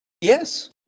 Yes